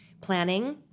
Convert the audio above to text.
planning